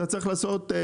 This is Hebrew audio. הבנתי שנוספה עוד